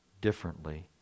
differently